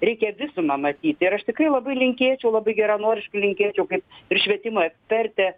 reikia visumą matyti ir aš tikrai labai linkėčiau labai geranoriškai linkėčiau kaip ir švietimo ekspertė